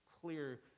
clear